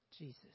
Jesus